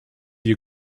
you